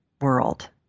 world